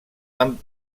amb